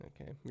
Okay